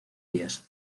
días